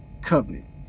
covenant